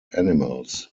animals